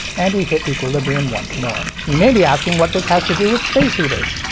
and we hit equilibrium once more. you may be asking what this has to do with space heaters.